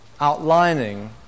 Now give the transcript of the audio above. Outlining